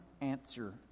answer